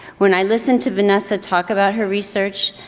when i listen to vanessa talk about her research,